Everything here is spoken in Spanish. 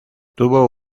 tuvo